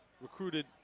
recruited